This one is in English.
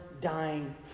dying